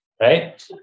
right